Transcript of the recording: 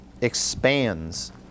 expands